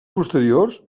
posteriors